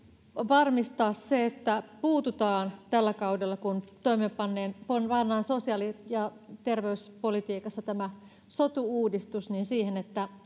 varmistaa se että tällä kaudella kun toimeenpannaan sosiaali ja terveyspolitiikassa tämä sotu uudistus puututaan siihen että